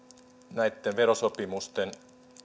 näitten verosopimusten